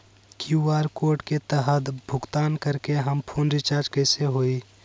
QR code के तहद भुगतान करके हम फोन रिचार्ज कैसे होई?